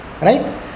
right